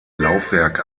laufwerk